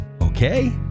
Okay